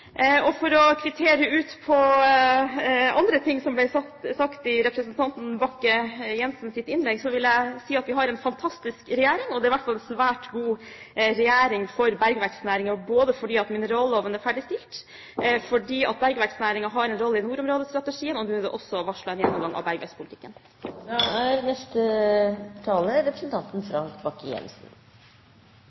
grunn. For å kvittere ut andre ting som ble sagt i representanten Bakke Jensens innlegg: Jeg vil si at vi har en fantastisk regjering. Den er i hvert fall en svært god regjering for bergverksnæringen, fordi mineralloven er ferdigstilt, og fordi bergverksnæringen har en rolle i nordområdestrategien. Og nå er det også varslet en gjennomgang av bergverkspolitikken. Jeg skal gjøre det kort. Når det gjelder Høyres skattepolitikk og Høyres skatteregime, vil jeg anbefale representanten